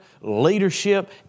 leadership